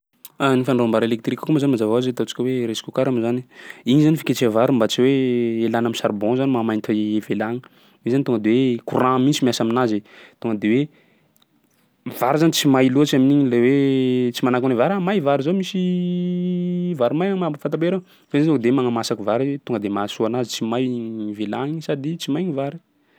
Ny fandrahoam-bary elektrika koa moa zany mazava ho azy ataontsika hoe rice cooker moa zany. Igny zany fiketreha vary mba tsy hoe ialana am'charbon zany mahamainty vilagny; io zany tonga de hoe courant mihitsy miasa aminazy. Tonga de hoe ny vary zany tsy may loatsy amin'igny ilay hoe tsy manahaky ny vary hoe: ah! may vary zao misy vary may agnambo fatapera ao fa izy tonga de hoe magnamasaky vary tonga de mahasoa anazy, tsy may gny vilagny sady tsy may gny vilagny.